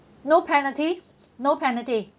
no penalty no penalty